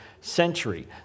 century